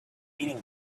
eating